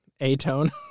A-tone